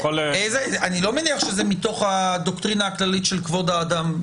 אני לא מניח שזה מתוך הדוקטרינה הכללית של כבוד האדם.